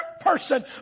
person